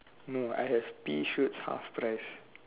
no I have pea shoots half price